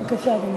בבקשה, אדוני.